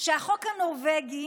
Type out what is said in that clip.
שהחוק הנורבגי